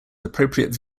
appropriate